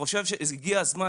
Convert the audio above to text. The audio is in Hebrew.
הגיע הזמן,